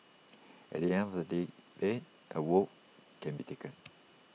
at the end of the day debate A vote can be taken